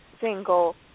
single